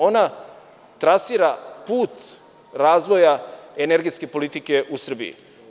Ona trasira put razvoja energetske politike u Srbiji.